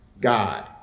God